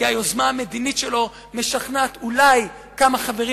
כי היוזמה המדינית שלו משכנעת אולי כמה חברים